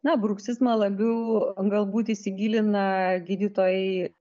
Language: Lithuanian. na bruksizmą labiau galbūt įsigilina gydytojai